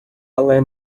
але